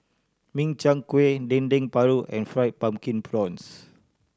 Min Chiang Kueh Dendeng Paru and Fried Pumpkin Prawns